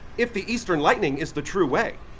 if the eastern lightning is the true way,